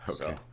Okay